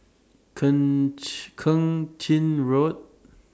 Keng Chin Road